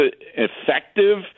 effective